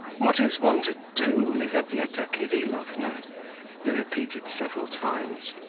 what is one to do, lizaveta kirillovna he repeated several times.